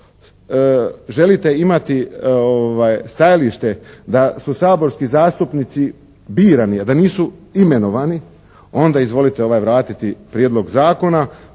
želite imati stajalište da su saborski zastupnici birani, a da nisu imenovani, onda izvolite vratiti prijedlog zakona